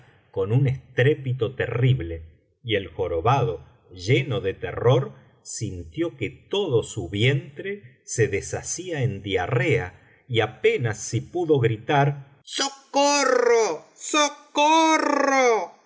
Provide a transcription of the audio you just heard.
con un estrépito terrible y el jorobado lleno de terror sintió que todo su vientre se deshacía en diarrea y apenas si pudo gritar socorro socorro